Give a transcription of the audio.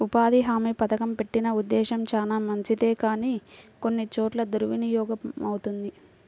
ఉపాధి హామీ పథకం పెట్టిన ఉద్దేశం చానా మంచిదే కానీ కొన్ని చోట్ల దుర్వినియోగమవుతుంది